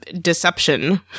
deception